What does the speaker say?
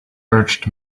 urged